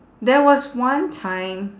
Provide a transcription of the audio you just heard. there was one time